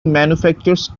manufactures